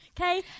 Okay